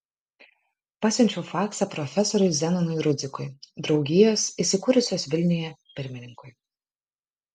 pasiunčiau faksą profesoriui zenonui rudzikui draugijos įsikūrusios vilniuje pirmininkui